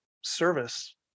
service